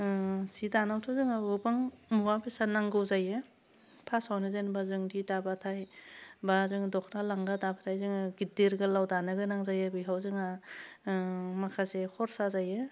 जि दानायावथ' जोङो गोबां मुवा बेसाद नांगौ जायो फार्स्टआवनो जेनेबा जों जि दाबाथाय बा जोङो दख'ना लांगा दाबाथाय जोङो गिदिर गोलाव दानो गोनां जायो बेखौ जोङो माखासे खरसा जायो